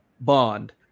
bond